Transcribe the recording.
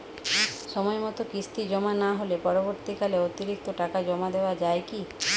সময় মতো কিস্তি জমা না হলে পরবর্তীকালে অতিরিক্ত টাকা জমা দেওয়া য়ায় কি?